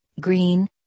green